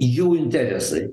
jų interesai